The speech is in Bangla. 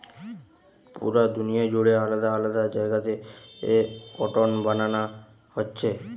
পুরা দুনিয়া জুড়ে আলাদা আলাদা জাগাতে কটন বানানা হচ্ছে